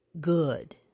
good